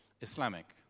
Islamic